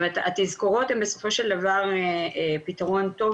התזכורות הן בסופו של דבר פתרון טוב,